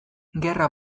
gerra